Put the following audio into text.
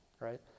right